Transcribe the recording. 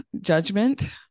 judgment